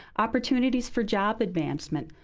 opportunities for job advancement,